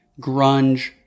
grunge